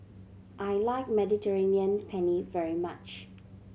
I like Mediterranean Penne very much